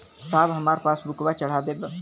साहब हमार पासबुकवा चढ़ा देब?